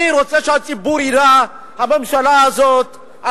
אני רוצה שהציבור יראה: הממשלה הזאת,